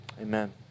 Amen